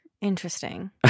Interesting